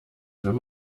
wenn